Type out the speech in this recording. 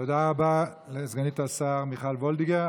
תודה רבה לסגנית השר מיכל וולדיגר.